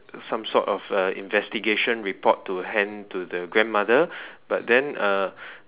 some sort of a investigation report to hand to the grandmother but then uh